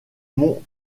mont